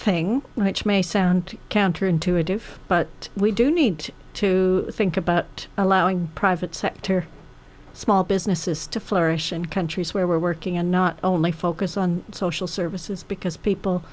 thing which may sound counter intuitive but we do need to think about allowing private sector small businesses to flourish in countries where we're working and not only focus on social services because people